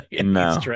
No